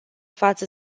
față